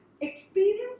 Experience